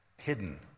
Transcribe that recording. hidden